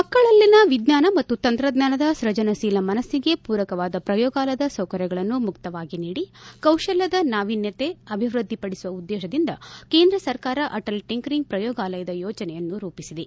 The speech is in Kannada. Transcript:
ಮಕ್ಕಳಲ್ಲಿನ ವಿಜ್ವಾನ ಮತ್ತು ತಂತ್ರಜ್ವಾನದ ಸೃಜನಶೀಲ ಮನಸ್ಸಿಗೆ ಪೂರಕವಾದ ಪ್ರಯೋಗಾಲಯದ ಸೌಕರ್ಯಗಳನ್ನು ಮುಕ್ತವಾಗಿ ನೀಡಿ ಕೌಶಲ್ಯದ ನಾವಿನ್ದತೆ ಅಭಿವೃದ್ಧಿ ಪಡಿಸುವ ಉದ್ದೇಶದಿಂದ ಕೇಂದ್ರ ಸರ್ಕಾರ ಅಟಲ್ ಟಿಂಕರಿಂಗ್ ಪ್ರಯೋಗಾಲಯದ ಯೋಜನೆಯನ್ನು ರೂಪಿಸಿದೆ